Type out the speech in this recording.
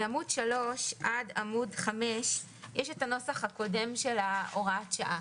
בעמודים 3 5 יש את הנוסח הקודם של הוראת השעה.